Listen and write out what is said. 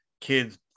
kids